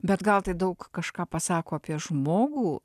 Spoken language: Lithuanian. bet gal tai daug kažką pasako apie žmogų